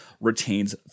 retains